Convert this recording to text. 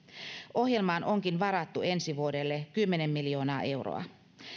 ohjelmaan onkin varattu ensi vuodelle kymmenen miljoonaa euroa